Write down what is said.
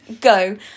go